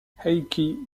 heikki